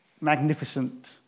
magnificent